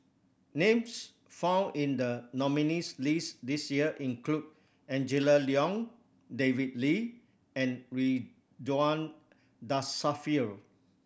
names found in the nominees' list this year include Angela Liong David Lee and Ridzwan Dzafir